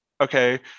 okay